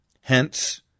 hence